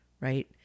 Right